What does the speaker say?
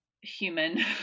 human